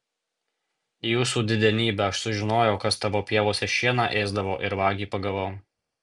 jūsų didenybe aš sužinojau kas tavo pievose šieną ėsdavo ir vagį pagavau